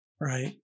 Right